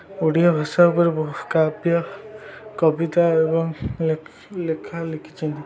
ଓଡ଼ିଆ ଭାଷା ଉପରେ ବହୁ କାବ୍ୟ କବିତା ଏବଂ ଲେଖା ଲେଖିଛନ୍ତି